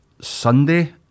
Sunday